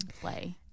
play